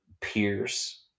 pierce